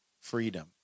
Freedom